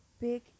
big